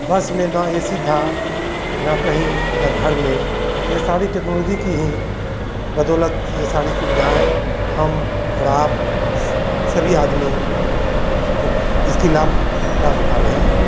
बस में न ए सी था न कहीं न कहीं घर में यह सारी टेक्नोलॉजी की ही बदौलत यह सारी सुविधाएँ हम और आप स सभी आदमी उट इसकी लाभ लाभ उठा रहे हैं